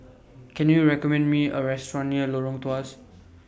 Can YOU recommend Me A Restaurant near Lorong Tawas